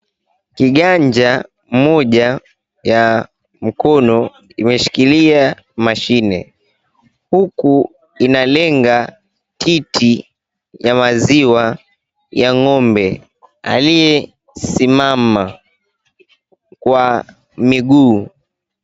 Kiganja moja ya mkono imeshikilia mashine huku inalenga kiti ya maziwa ya ng'ombe aliyesimama kwa miguu.